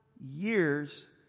years